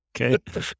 Okay